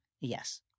Yes